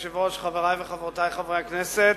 אדוני היושב-ראש, חברי וחברותי חברי הכנסת,